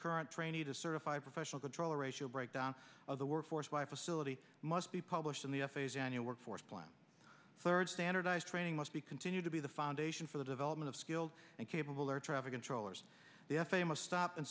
current training to certified professional controller ratio breakdown of the workforce by facility must be published in the f a s annual workforce plan third standardized training must be continued to be the foundation for the development of skilled and capable air traffic controllers the f a a must stop and